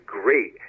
great